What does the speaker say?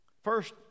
First